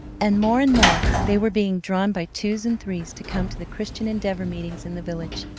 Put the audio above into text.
and more and more they were being drawn by twos and threes to come to the christian endeavor meetings in the village.